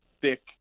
thick